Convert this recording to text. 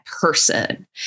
person